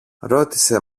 ρώτησε